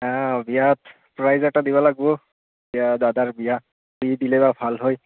অ' বিয়াত প্ৰাইজ এটা দিব লাগিব এতিয়া দাদাৰ বিয়া কি দিলে বা ভাল হয়